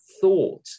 thought